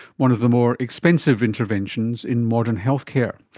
one of the more expensive interventions in modern healthcare.